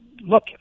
look